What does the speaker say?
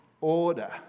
order